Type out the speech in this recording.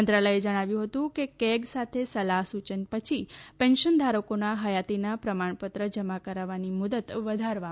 મંત્રાલયે જણાવ્યું હતું કે કેગ સાથે સલાહ સૂચન પછી પેન્શનધારકોના હયાતીના પ્રમાણપત્ર જમા કરાવવાની મુદ્દત વધારવામાં આવી છે